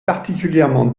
particulièrement